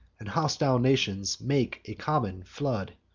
and hostile nations make a common flood.